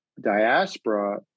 Diaspora